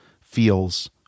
feels